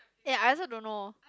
ya I also don't know